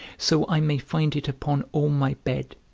so i may find it upon all my bed,